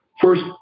First